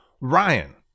Ryan